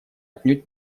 отнюдь